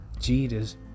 Jesus